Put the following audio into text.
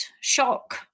shock